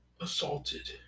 assaulted